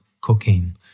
cocaine